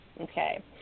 Okay